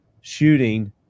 shooting